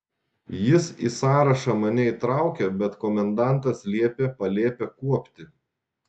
jis į sąrašą mane įtraukė bet komendantas liepė palėpę kuopti